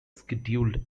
scheduled